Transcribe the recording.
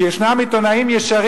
כי ישנם עיתונאים ישרים,